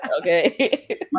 okay